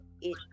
it-